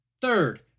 Third